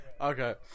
Okay